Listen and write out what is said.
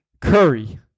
Curry